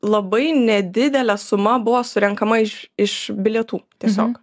labai nedidele suma buvo surenkama iš iš bilietų tiesiog